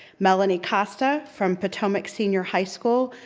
melanie costa, from potomac senior high school.